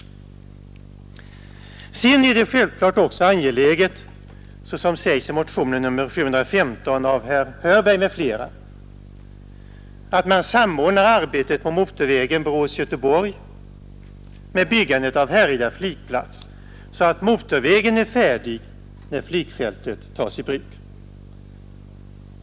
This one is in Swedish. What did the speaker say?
Sedan är det självfallet också angeläget, såsom anförts i motionen 715 av herr Hörberg m.fl., att man samordnar arbetet på motorvägen Borås—Göteborg med byggandet av Härryda flygplats, så att motorvägen är färdig när flygfältet tas i bruk.